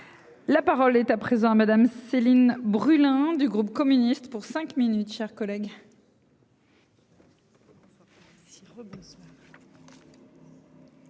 La parole est à présent à madame Céline Brulin, du groupe communiste pour cinq minutes, chers collègues. Si